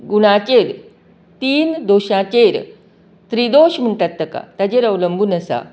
गुणांचेर तीन दोशाचेर त्रीदोश म्हणटात तेका ताचेर अंवलंबून आसा